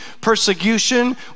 persecution